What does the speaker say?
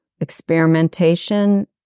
experimentation